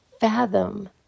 fathom